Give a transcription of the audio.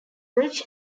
rich